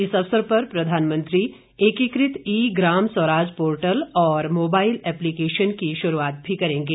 इस अवसर पर प्रधानमंत्री एकी कृत ई ग्राम स्वराज पोर्टल और मोबाइल एपलिकेशन की शुरूआत भी करेंगे